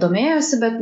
domėjosi bet